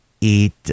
eat